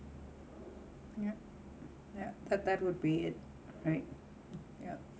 yeah yeah that that would be it right yup